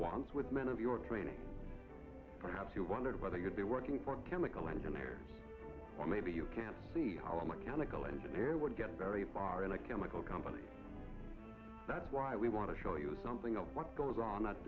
was with men of your training perhaps you wondered whether you'd be working for chemical engineer maybe you can see how a mechanical engineer would get very far in a chemical company that's why we want to show you something of what goes on